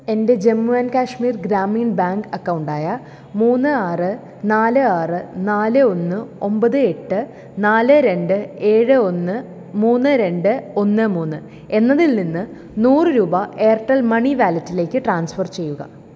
എൻ്റെ Jammu and Kashmir Grameen bank account ആയ മൂന്ന് ആറ് നാല് ആറ് നാല് ഒന്ന് ഒമ്പത് എട്ട് നാല് രണ്ട് ഏഴ് ഒന്ന് മൂന്ന് രണ്ട് ഒന്ന് മൂന്ന് എന്നതിൽ നിന്ന് നൂറ് രൂപ എയർടെൽ മണി വാലറ്റിലേക്ക് ട്രാൻസ്ഫർ ചെയ്യുക